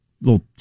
little